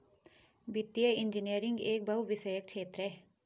वित्तीय इंजीनियरिंग एक बहुविषयक क्षेत्र है